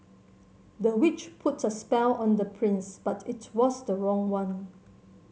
the witch put a spell on the prince but it was the wrong one